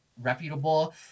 Reputable